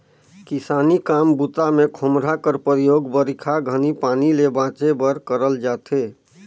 किसानी काम बूता मे खोम्हरा कर परियोग बरिखा घनी पानी ले बाचे बर करल जाथे